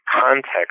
context